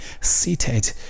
seated